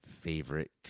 favorite